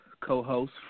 co-host